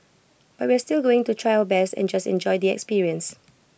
but we're still going to try our best and just enjoy the experience